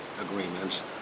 agreements